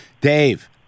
Dave